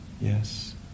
yes